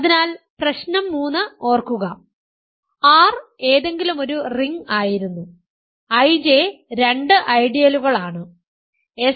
അതിനാൽ പ്രശ്നം 3 ഓർക്കുക R ഏതെങ്കിലുമൊരു റിംഗ് ആയിരുന്നു IJ രണ്ട് ഐഡിയലുകൾ ആണ് s